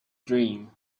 dream